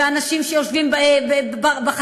ואנשים שיושבים בחצר,